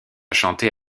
chanter